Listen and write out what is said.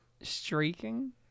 Streaking